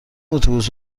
اتوبوس